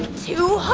two